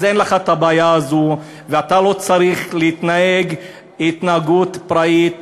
אז אין לך את הבעיה הזו ואתה לא צריך להתנהג התנהגות פראית,